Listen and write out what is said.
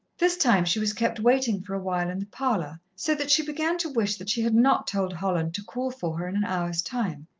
this time she was kept waiting for a while in the parlour, so that she began to wish that she had not told holland to call for her in an hour's time.